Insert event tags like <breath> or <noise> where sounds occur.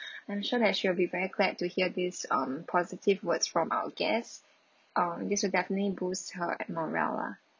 <breath> I'm sure that she'll be very glad to hear this um positive words from our guest uh this will definitely boosts her morale lah